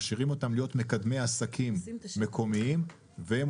מכשירים אותם להיות מקדמי עסקים מקומיים והם